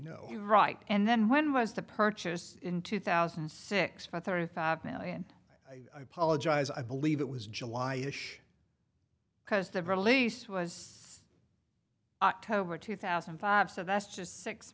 know right and then when was the purchase in two thousand and six for thirty five million i apologize i believe it was july ish because the release was october two thousand and five so that's just six